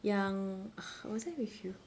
yang ugh was I with you